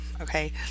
okay